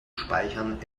speichern